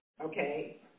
Okay